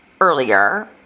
earlier